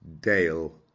Dale